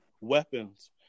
weapons